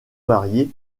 marié